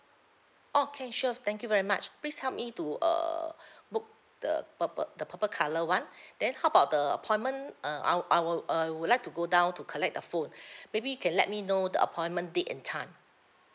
okay sure thank you very much please help me to err book the purple the purple colour [one] then how about the appointment uh I'll I will uh I would like to go down to collect the phone maybe you can let me know the appointment date and time